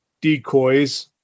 decoys